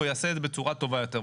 והוא יעשה את זה בצורה טובה יותר.